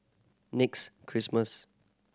next Christmas